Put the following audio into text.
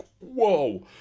whoa